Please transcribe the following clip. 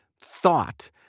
thought